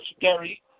Gary